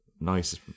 nice